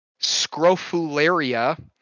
Scrofularia